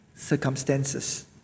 circumstances